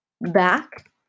back